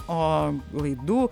o laidų